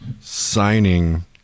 signing